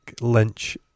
Lynch